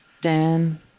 Dan